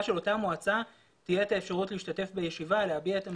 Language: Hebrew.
של אותה מועצה תהיה את האפשרות להשתתף בישיבה ולהביע את עמדתם.